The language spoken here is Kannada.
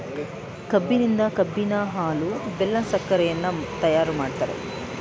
ಕಬ್ಬಿನಿಂದ ಕಬ್ಬಿನ ಹಾಲು, ಬೆಲ್ಲ, ಸಕ್ಕರೆಯನ್ನ ತಯಾರು ಮಾಡ್ತರೆ